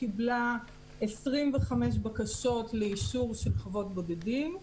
קיבלה 25 בקשות לאישור של חוות בודדים.